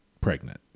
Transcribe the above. Pregnant